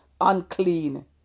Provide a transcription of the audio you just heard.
unclean